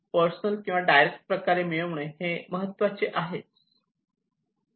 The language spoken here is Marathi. पर्सनल किंवा डायरेक्ट प्रकारे मिळविणे हे महत्त्वाचे आहे